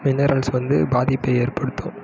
minerals வந்து பாதிப்பை ஏற்படுத்தும்